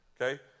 Okay